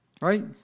Right